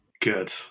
Good